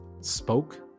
spoke